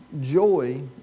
joy